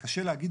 זה קשה להגיד,